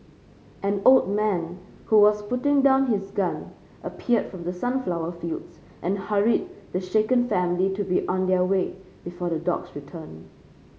an old man who was putting down his gun appeared from the sunflower fields and hurried the shaken family to be on their way before the dogs return